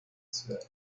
ciudad